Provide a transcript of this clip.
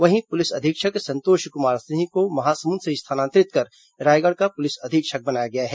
वहीं पुलिस अधीक्षक संतोष कुमार सिंह को महासमुंद से स्थानांतरित कर रायगढ़ का पुलिस अधीक्षक बनाया गया है